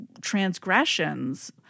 transgressions